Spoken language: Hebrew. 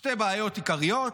שתי בעיות עיקריות: